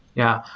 yeah.